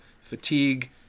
fatigue